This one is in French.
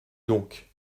donc